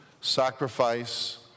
sacrifice